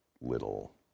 little